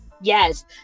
yes